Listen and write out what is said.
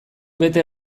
bete